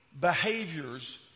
behaviors